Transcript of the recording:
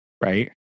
right